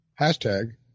Hashtag